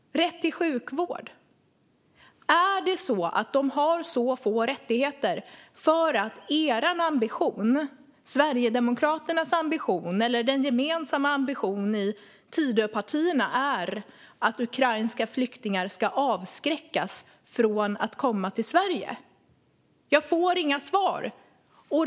Det handlar också om rätt till sjukvård. Har de så få rättigheter för att Sverigedemokraternas ambition eller den gemensamma ambitionen i Tidöpartierna är att ukrainska flyktingar ska avskräckas från att komma till Sverige? Jag får inga svar.